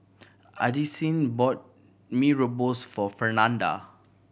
Addisyn bought Mee Rebus for Fernanda